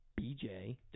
BJ